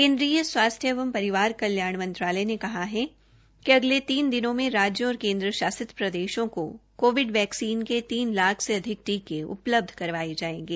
केन्द्रीय स्वास्थ्य एवं परिवार कल्याण मंत्रालय ने कहा है कि अगले तीन दिनों में राज्यों और केन्द्र शासित प्रदेशों को कोविड वैक्सीन के तीन लाख से अधिक टीके उपलब्ध करवाये जायेंगे